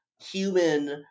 human